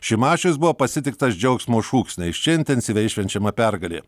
šimašius buvo pasitiktas džiaugsmo šūksniais čia intensyviai švenčiama pergalė